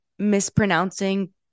mispronouncing